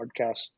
podcast